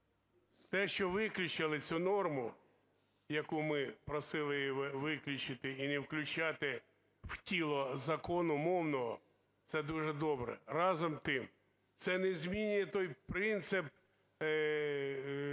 Те, що виключили цю норму, яку ми просили її виключити і не включати в тіло закону мовного, це дуже добре. Разом з тим, це не змінює той принцип правового